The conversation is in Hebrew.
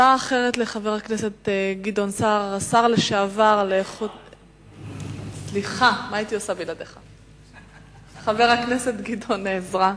הצעה אחרת לשר לשעבר חבר הכנסת גדעון עזרא.